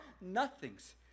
nothings